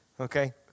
okay